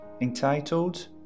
entitled